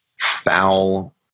foul